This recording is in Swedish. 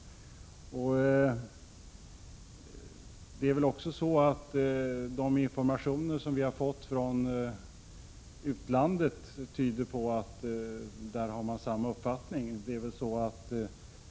Det är väl också så att de informationer vi har fått från utlandet tyder på att man har samma uppfattning där.